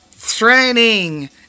training